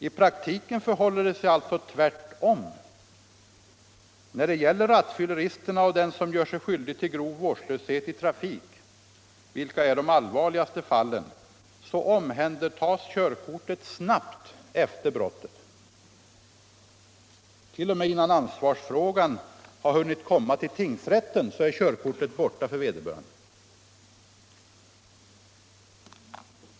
I praktiken förhåller det sig tvärtom. När det gäller rattfylleristerna och de som gör sig skyldiga till grov vårdslöshet i trafik, vilka är de allvarligaste fallen, omhändertas körkortet mycket snart efter brottet. Redan innan ansvarsfrågan har hunnit komma till tingsrätten är körkortet borta för vederbörande.